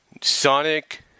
Sonic